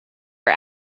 are